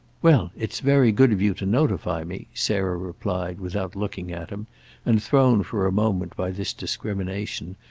well, it's very good of you to notify me, sarah replied without looking at him and thrown for a moment by this discrimination,